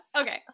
Okay